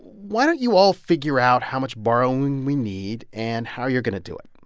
why don't you all figure out how much borrowing we need and how you're going to do it?